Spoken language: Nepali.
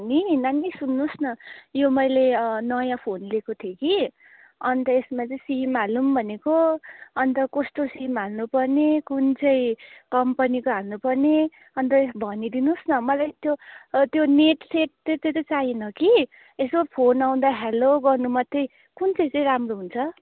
नि नानी सुन्नुहोस् न यो मैले नयाँ फोन लिएको थिएँ कि अन्त यसमा चाहिँ सिम हालौँ भनेको अन्त कस्तो सिम हाल्नुपर्ने कुन चाहिँ कम्पनीको हाल्नुपर्ने अन्त भनिदिनुहोस् न मलाई त्यो त्यो नेटसेट त्यस्तो चाहिँ चाहिएन कि यसो फोन आउँदा हेलो गर्नु मात्रै कुन चाहिँ चाहिँ राम्रो हुन्छ